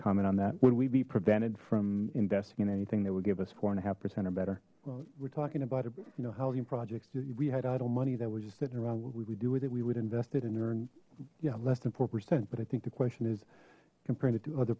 comment on that would we be prevented from investing in anything that would give us four and a half percent or better well we're talking about it you know housing projects do we had idle money that was just sitting around what we would do with it we would invest it in earn yeah less than four percent but i think the question is comparing it to other